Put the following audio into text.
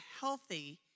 healthy